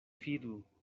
fidu